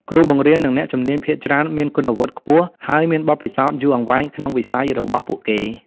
គ្រូបង្រៀននិងអ្នកជំនាញភាគច្រើនមានគុណវុឌ្ឍិខ្ពស់ ហើយមានបទពិសោធន៍យូរអង្វែងក្នុងវិស័យរបស់ពួកគេ។